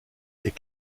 est